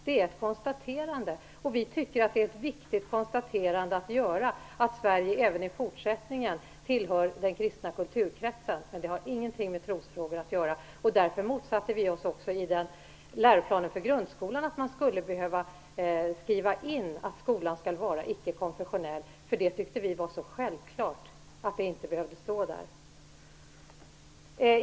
Det är ett konstaterande, och vi tycker att det är viktigt att konstatera att Sverige även i fortsättningen tillhör den kristna kulturkretsen. Det har alltså ingenting med trosfrågor att göra, och därför motsatte vi oss också att man skulle behöva skriva in i läroplanen för grundskolan att skolan skall vara icke-konfessionell. Det tyckte vi var så självklart att det inte behövde stå.